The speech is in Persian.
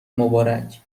مبارک